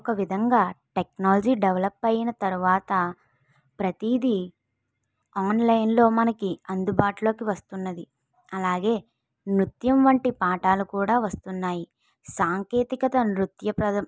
ఒక విధంగా technology develop అయిన తరువాత ప్రతీదీ ఆన్లైన్లో మనకి అందుబాటులోకి వస్తున్నది అలాగే నృత్యం వంటి పాఠాలు కూడా వస్తున్నాయి సాంకేతికత నృత్య ప్రదం